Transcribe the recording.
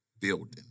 building